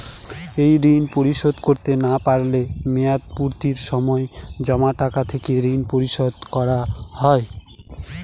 এই ঋণ পরিশোধ করতে না পারলে মেয়াদপূর্তির সময় জমা টাকা থেকে ঋণ পরিশোধ করা হয়?